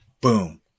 Boom